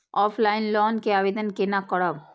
Offline loan के आवेदन केना करब?